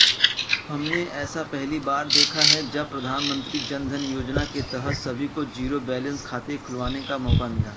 हमने ऐसा पहली बार देखा है जब प्रधानमन्त्री जनधन योजना के तहत सभी को जीरो बैलेंस खाते खुलवाने का मौका मिला